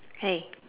hey